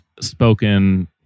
spoken